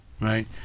Right